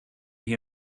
για